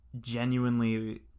genuinely